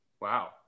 Wow